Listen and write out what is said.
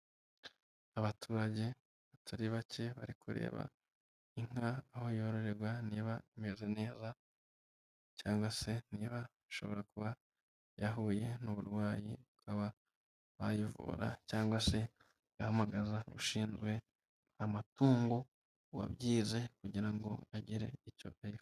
Abaturage batari bake bari kureba inka aho yororerwa niba imeze neza, cyangwa se niba ishobora kuba yahuye n'uburwayi bakaba bayivura, cyangwa se yahamagaza ushinzwe amatungo uwabyize kugira ngo agire icyo abi